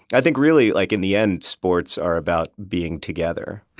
i think, really, like in the end, sports are about being together